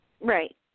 Right